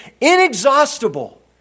inexhaustible